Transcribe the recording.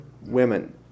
women